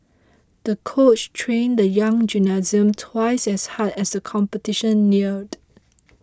the coach trained the young gymnast twice as hard as the competition neared